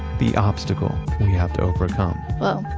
the obstacle we have to overcome well,